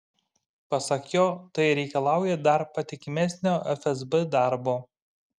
pasak jo tai reikalauja dar patikimesnio fsb darbo